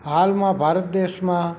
હાલમાં ભારત દેશમાં